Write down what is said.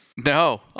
No